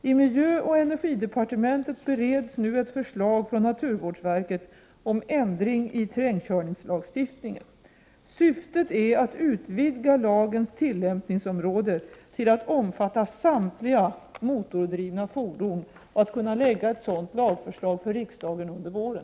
I miljöoch energidepartementet bereds nu ett förslag från naturvårdsverket om ändring i terrängkörningslagstiftningen. Syftet är att utvidga lagens tillämpningsområde till att omfatta samtliga motordrivna fordon och att kunna lägga ett sådant lagförslag för riksdagen under våren.